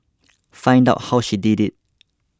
find out how she did it